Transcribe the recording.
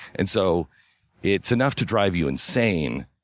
and so it's enough to drive you insane